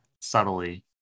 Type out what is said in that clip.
subtly